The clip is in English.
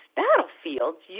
battlefields